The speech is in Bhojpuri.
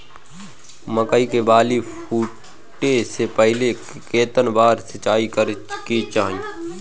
मकई के बाली फूटे से पहिले केतना बार सिंचाई करे के चाही?